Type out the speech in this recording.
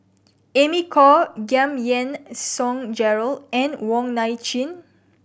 Amy Khor Giam Yean Song Gerald and Wong Nai Chin